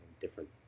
different